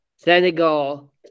Senegal